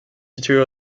situé